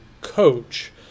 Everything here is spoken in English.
coach